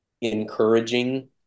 encouraging